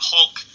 Hulk